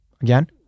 again